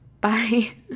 Bye